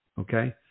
Okay